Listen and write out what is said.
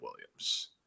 Williams